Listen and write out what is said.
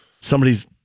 somebody's